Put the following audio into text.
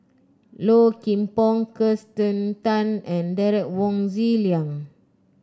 Low Kim Pong Kirsten Tan and Derek Wong Zi Liang